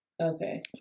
Okay